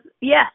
yes